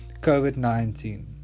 COVID-19